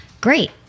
great